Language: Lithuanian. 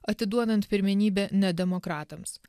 atiduodant pirmenybę ne demokratams